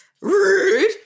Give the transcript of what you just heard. rude